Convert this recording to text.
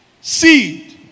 Seed